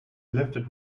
lifted